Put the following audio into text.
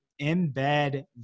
embed